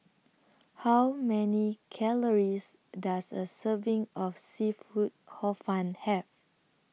How Many Calories Does A Serving of Seafood Hor Fun Have